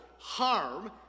harm